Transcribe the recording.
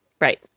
Right